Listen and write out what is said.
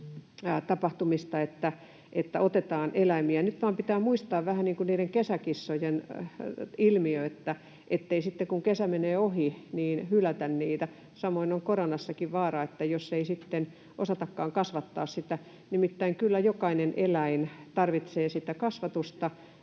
tapahtumista, että otetaan eläimiä. Nyt vain pitää muistaa vähän niin kuin niiden kesäkissojen ilmiö, ettei sitten, kun kesä menee ohi, hylätä niitä. Samoin on koronassakin vaara, että ei sitten osatakaan kasvattaa sitä eläintä. Nimittäin kyllä jokainen eläin tarvitsee kasvatusta,